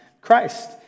Christ